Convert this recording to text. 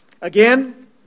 Again